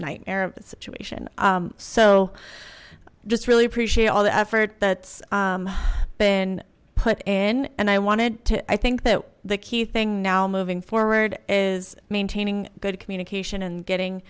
the situation so just really appreciate all the effort that's been put in and i wanted to i think that the key thing now moving forward is maintaining good communication and getting